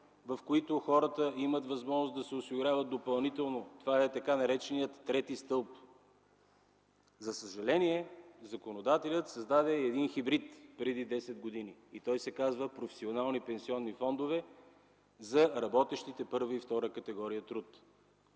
в които хората имат възможност да се осигуряват допълнително – това е така нареченият трети стълб. За съжаление, законодателят създаде един хибрид преди десет години, който се казва професионални пенсионни фондове за работещите първа и втора категория труд.